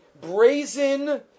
brazen